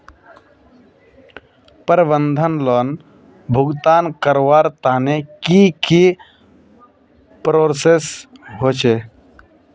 प्रबंधन लोन भुगतान करवार तने की की प्रोसेस होचे?